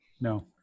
No